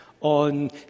on